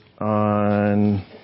on